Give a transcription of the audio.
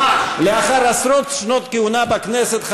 לאחר עשרות שנות כהונה בכנסת,